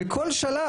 בכל שלב.